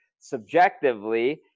subjectively